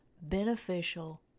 beneficial